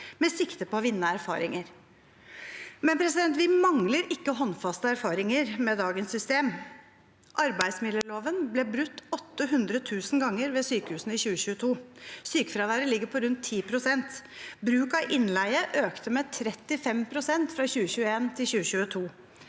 med sikte på å vinne erfaringer». Vi mangler ikke håndfaste erfaringer med dagens system. Arbeidsmiljøloven ble brutt 800 000 ganger ved sykehusene i 2022. Sykefraværet ligger på rundt 10 pst. Bruk av innleie økte med 35 pst. fra 2021 til 2022.